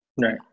right